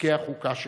פרקי החוקה שלנו.